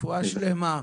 רפואה שלמה,